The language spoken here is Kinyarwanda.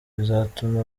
bizatuma